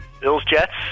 Bills-Jets